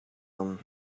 them